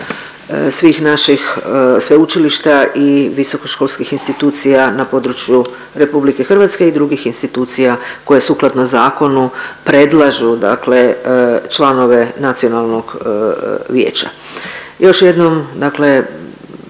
svih naših sveučilišta i visokoškolskih institucija na području RH i drugih institucija koje sukladno zakonu predlažu članove nacionalnog vijeća. Još jednom moram